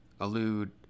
elude